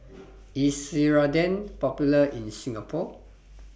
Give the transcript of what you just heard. IS Ceradan Popular in Singapore